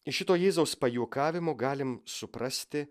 iš šito jėzaus pajuokavimo galim suprasti